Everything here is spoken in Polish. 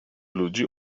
ludzi